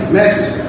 message